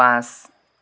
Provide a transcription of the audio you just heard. পাঁচ